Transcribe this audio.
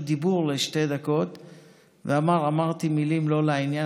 דיבור לשתי דקות ואמר: אמרתי מילים לא לעניין,